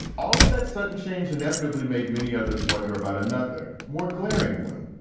all of that sudden change inevitably made many others wonder about another, more glaring one.